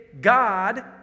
God